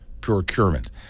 Procurement